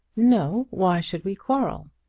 no why should we quarrel?